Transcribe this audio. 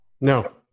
No